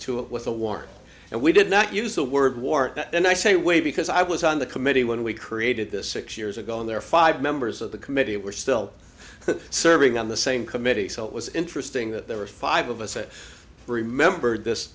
to it with a warrant and we did not use the word war and i say way because i was on the committee when we created this six years ago and there are five members of the committee we're still serving on the same committee so it was interesting that there were five of us that remembered this